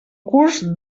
curs